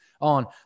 on